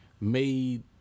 made